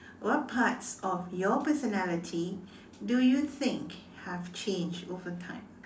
what parts of your personality do you think have changed overtime